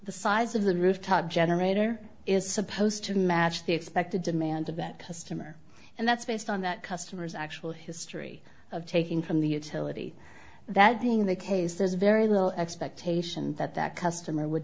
the size of the rooftop generator is supposed to match the expected demand of that customer and that's based on that customer's actual history of taking from the utility that being the case there's very little expectation that that customer would